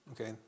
Okay